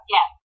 Yes